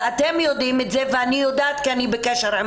אתם יודעים את זה ואני יודעת כי אני בקשר עם